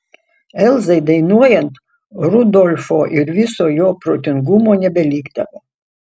elzai dainuojant rudolfo ir viso jo protingumo nebelikdavo